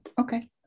okay